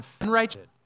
Unrighteous